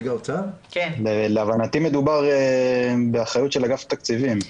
להבנתי מדובר באחריות של אגף תקציבים.